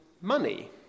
money